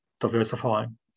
diversifying